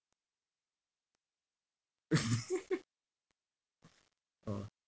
orh